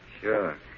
sure